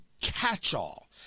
catch-all